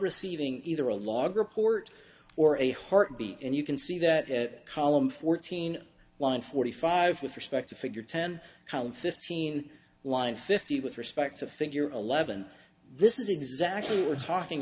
receiving either a log report or a heartbeat and you can see that column fourteen line forty five with respect to figure ten fifteen line fifty with respect to figure eleven this is exactly what we're talking